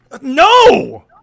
no